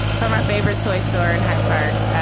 so my favorite toy store in hyde park,